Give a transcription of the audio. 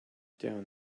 down